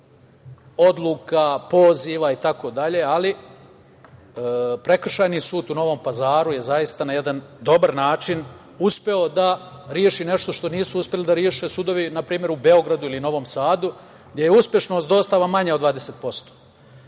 odluka, poziva, i tako dalje, ali Prekršajni sud u Novom Pazaru je zaista na jedan dobar način uspeo da reši nešto što nisu uspeli da reše sudovi, na primer, u Beogradu ili Novom Sadu, gde je uspešnost dostava manja od 20%.Taj